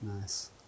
Nice